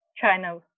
China